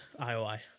IOI